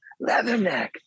Leatherneck